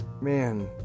Man